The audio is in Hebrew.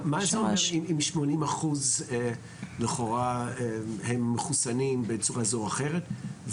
מה זה אומר אם 80% לכאורה הם מחוסנים בצורה זו או אחרת,